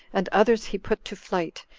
and others he put to flight,